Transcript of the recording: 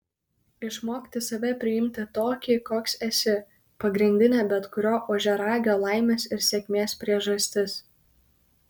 išmokti save priimti tokį koks esi pagrindinė bet kurio ožiaragio laimės ir sėkmės priežastis